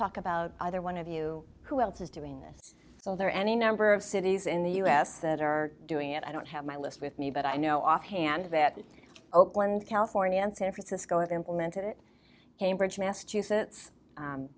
talk about either one of you who else is doing this so there are any number of cities in the us that are doing it i don't have my list with me but i know offhand that oakland california and san francisco implemented it cambridge massachusetts